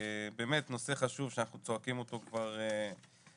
זה נושא חשוב ואנחנו צועקים כבר הרבה